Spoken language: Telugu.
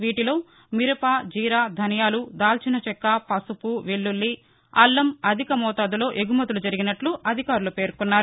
వీటిలో మిరప జీర ధనియాలు దాల్చినచెక్క పసుపు వెల్లుల్లి అల్లం అధిక మోతాదులో ఎగుమతులు జరిగినట్లు అధికారులు పేర్కొన్నారు